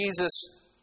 Jesus